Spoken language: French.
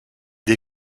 des